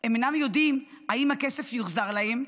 הם אינם יודעים אם הכסף יוחזר להם,